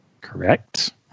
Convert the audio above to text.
Correct